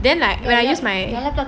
then like when I use my